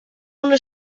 una